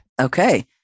Okay